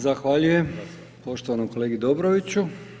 Zahvaljujem poštovanom kolegi Dobroviću.